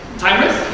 timers?